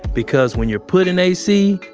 because when you're put in ac,